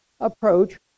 approach